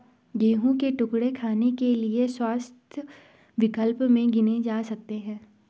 गेहूं के टुकड़े खाने के लिए स्वस्थ विकल्प में गिने जा सकते हैं